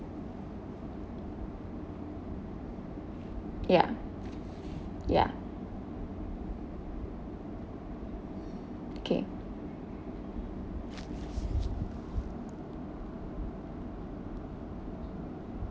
ya ya okay